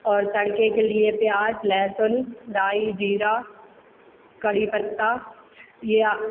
और तड़के के लिए प्याज लहसुन राई जीरा कढ़ी पत्ता या